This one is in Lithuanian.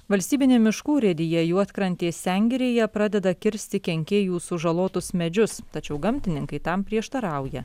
valstybinė miškų urėdija juodkrantės sengirėje pradeda kirsti kenkėjų sužalotus medžius tačiau gamtininkai tam prieštarauja